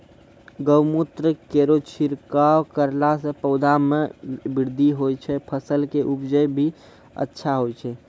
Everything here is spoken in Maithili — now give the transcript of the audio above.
गौमूत्र केरो छिड़काव करला से पौधा मे बृद्धि होय छै फसल के उपजे भी अच्छा होय छै?